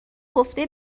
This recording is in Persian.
گفته